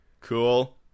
Cool